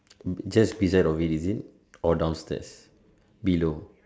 just beside of it is it or downstairs below